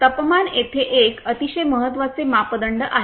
तापमान येथे एक अतिशय महत्वाचे मापदंड आहे